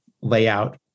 layout